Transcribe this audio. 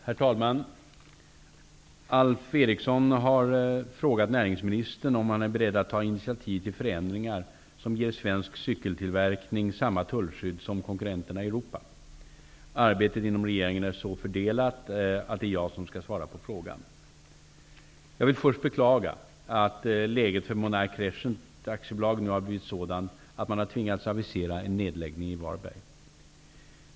Herr talman! Alf Eriksson har frågat näringsministern om han är beredd att ta initiativ till förändringar som ger svensk cykeltillverkning samma tullskydd som konkurrenterna i Europa. Arbetet inom regeringen är så fördelat att det är jag som skall svara på frågan. Jag vill först beklaga att läget för Monark Crescent AB nu blivit sådant att man tvingats avisera en nedläggning i Varberg.